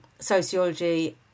sociology